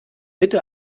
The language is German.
mitte